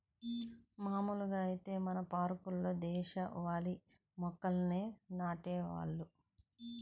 మాములుగా ఐతే మన పార్కుల్లో దేశవాళీ మొక్కల్నే నాటేవాళ్ళు